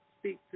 speak